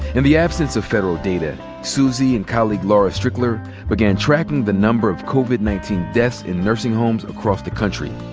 and the absence of federal data, suzy and colleague laura strickler began tracking the number of covid nineteen deaths in nursing homes across the country.